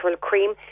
cream